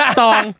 song